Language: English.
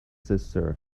sister